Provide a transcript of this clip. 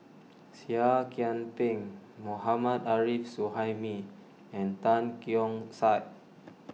Seah Kian Peng Mohammad Arif Suhaimi and Tan Keong Saik